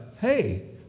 hey